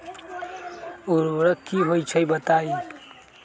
उर्वरक की होई छई बताई?